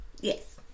Yes